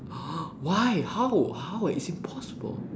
why how how is it possible